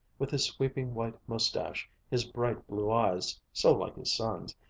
with his sweeping white mustache, his bright blue eyes, so like his son's,